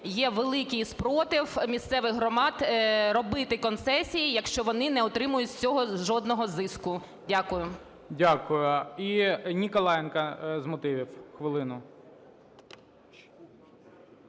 є великий спротив місцевих громад робити концесії, якщо вони не отримують з цього жодного зиску. Дякую. ГОЛОВУЮЧИЙ. Дякую. І Ніколаєнко, з мотивів хвилину.